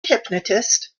hypnotist